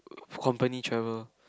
company travel